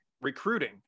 recruiting